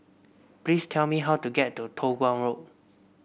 please tell me how to get to Toh Guan Road